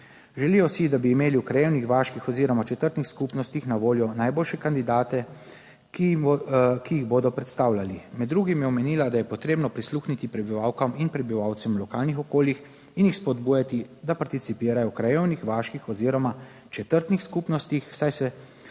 Želijo si, da bi imeli v krajevnih, vaških oziroma četrtnih skupnostih na voljo najboljše kandidate, ki jih bodo predstavljali. Med drugim je omenila, da je potrebno prisluhniti prebivalkam in prebivalcem v lokalnih okoljih in jih spodbujati, da participirajo v krajevnih, vaških oziroma četrtnih skupnostih, saj se tako